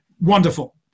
Wonderful